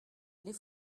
les